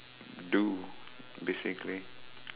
do basically